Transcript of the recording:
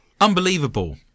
unbelievable